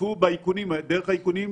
הוצפו דרך האיכונים.